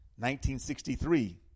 1963